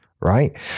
right